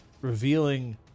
revealing